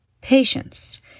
Patience